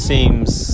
Seems